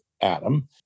Adam